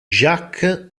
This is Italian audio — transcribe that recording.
jacques